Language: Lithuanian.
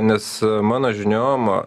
nes mano žiniom